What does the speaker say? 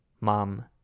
mom